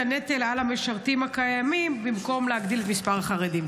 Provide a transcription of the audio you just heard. הנטל על המשרתים הקיימים במקום להגדיל את מספר חרדים?